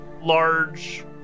large